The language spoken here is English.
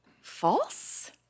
False